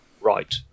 right